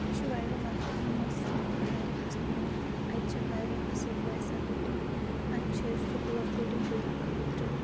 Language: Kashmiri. یہِ چھُ واریاہ زیادٕ فَیمَس سٲنِس اَیٚریا ہَس منٛز اَتہِ چھِ واریاہ اَصٕل فیسَلٹی اَتہِ چھِ سکوٗل لۄکٹَؠن شُرؠن خٲطرٕ